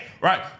right